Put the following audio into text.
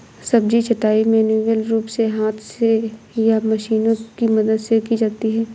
सब्जी छँटाई मैन्युअल रूप से हाथ से या मशीनों की मदद से की जाती है